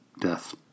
death